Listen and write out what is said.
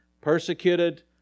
Persecuted